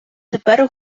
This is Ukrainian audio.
тепер